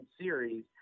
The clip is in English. series